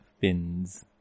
fins